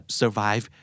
survive